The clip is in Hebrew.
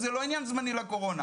זה לא עניין זמני לקורונה.